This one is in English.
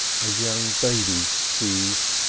a young baby sees,